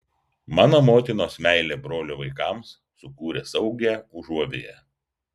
mano motinos meilė brolio vaikams sukūrė saugią užuovėją